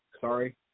sorry